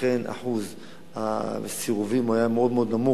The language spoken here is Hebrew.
לכן אחוז הסירובים היה מאוד מאוד נמוך,